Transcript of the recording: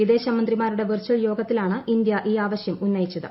വിദേശമന്ത്രിമാരുടെ virtual യോഗത്തിലാണ് ഇന്ത്യ ഈ ആവശ്യമുന്നയിച്ചത്